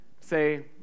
say